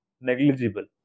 negligible